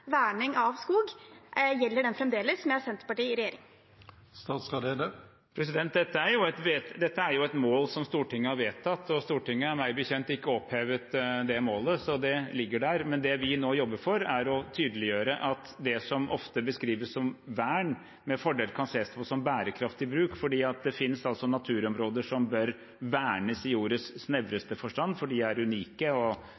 fremdeles, med Senterpartiet i regjering? Dette er et mål som Stortinget har vedtatt, og Stortinget har meg bekjent ikke opphevet det målet, så det ligger der. Men det vi nå jobber for, er å tydeliggjøre at det som ofte beskrives som vern, med fordel kan ses på som bærekraftig bruk. Det finnes naturområder som bør vernes i ordets snevreste forstand, for de er unike og